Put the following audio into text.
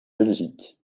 belgique